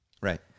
Right